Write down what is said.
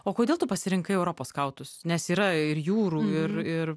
o kodėl tu pasirinkai europos skautus nes yra ir jūrų ir ir